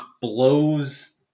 blows